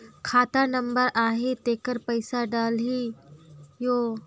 खाता नंबर आही तेकर पइसा डलहीओ?